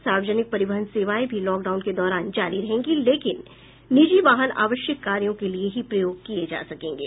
सार्वजनिक परिवहन सेवाएं भी लॉकडाउन के दौरान जारी रहेंगी लेकिन निजी वाहन आवश्यक कार्यो के लिए ही प्रयोग किये जा सकेंगे